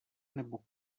nebo